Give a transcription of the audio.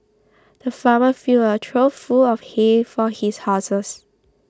the farmer filled a trough full of hay for his horses